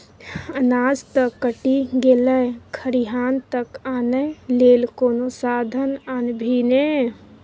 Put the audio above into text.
अनाज त कटि गेलै खरिहान तक आनय लेल कोनो साधन आनभी ने